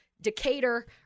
Decatur